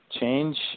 Change